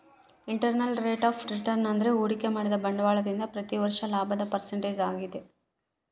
internal rate of return ಅಂದ್ರೆ ಹೂಡಿಕೆ ಮಾಡಿದ ಬಂಡವಾಳದಿಂದ ಪ್ರತಿ ವರ್ಷ ಲಾಭದ ಪರ್ಸೆಂಟೇಜ್ ಆಗದ